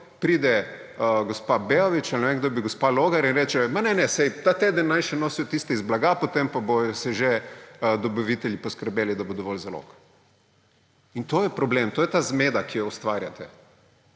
Pride gospa Beović ali ne vem, kdo je bil, gospa Logar in reče: »Ma, ne, ne, saj ta teden naj še nosijo tiste iz blaga, potem bodo pa že dobavitelji poskrbeli, da bo dovolj zalog.« In to je problem, to je ta zmeda, ki jo ustvarjate.